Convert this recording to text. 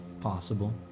possible